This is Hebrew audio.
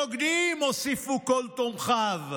"שמאלנים בוגדים", הוסיפו כל תומכיו.